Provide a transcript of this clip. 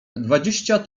dwadzieścia